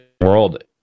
world